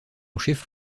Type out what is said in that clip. chef